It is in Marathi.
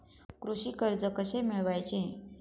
कृषी कर्ज कसे मिळवायचे?